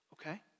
okay